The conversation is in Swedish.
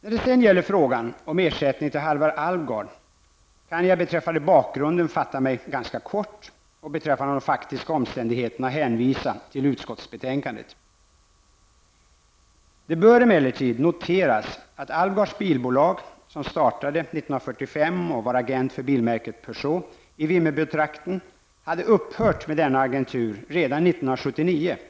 När det sedan gäller frågan om ersättning till Halvar Alvgard kan jag beträffande bakgrunden fatta mig ganska kort och beträffande de faktiska omständigheterna hänvisa till utskottsbetänkandet. Det bör emellertid noteras att Alvgards bilbolag som startade 1945 och som var agent för bilmärket Peugeot i Vimmerbytrakten hade upphört med denna agentur redan 1979 --